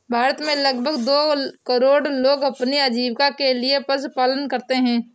भारत में लगभग दो करोड़ लोग अपनी आजीविका के लिए पशुपालन करते है